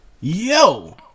yo